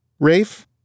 Rafe